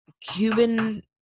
Cuban